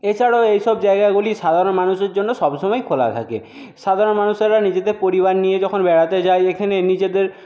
এছাড়াও এই সব জায়গাগুলি সাধারণ মানুষের জন্য সব সময়ই খোলা থাকে সাধারণ মানুষেরা নিজেদের পরিবার নিয়ে যখন বেড়াতে যায় এখানে নিজেদের